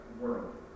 world